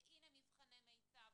והנה מבחני מיצ"ב,